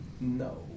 No